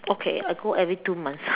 okay I go every two months